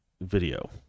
video